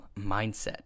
mindset